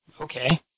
okay